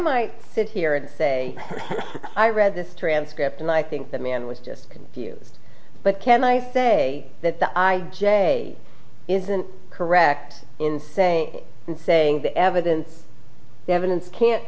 might sit here and say i read the transcript and i think that man was just confused but can i say that the i j isn't correct in saying and saying the evidence the evidence can